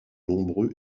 nombreux